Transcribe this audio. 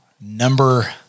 number